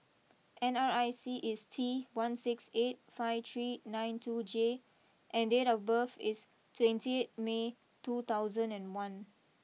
N R I C is T one six eight five three nine two J and date of birth is twenty eight May two thousand and one